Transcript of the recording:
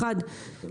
אחד,